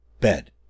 bed